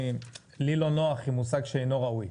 לי לא נוח עם המושג "שאינו ראוי",